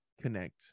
connect